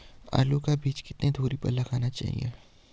आलू का बीज कितनी दूरी पर लगाना चाहिए?